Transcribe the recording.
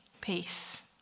peace